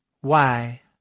Why